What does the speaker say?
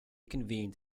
convened